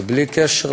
ובלי קשר